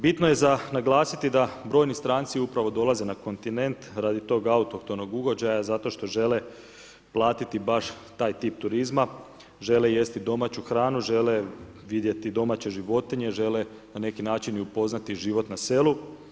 Bitno je za naglasiti da brojni stranci upravo dolaze na kontinent radi tog autohtonog ugođaja zato što žele platiti baš taj tip turizma, žele jesti domaću hranu, žele vidjeti domaće životinje, žele na neki načini upoznati život na selu.